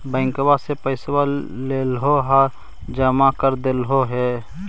बैंकवा से पैसवा लेलहो है जमा कर देलहो हे?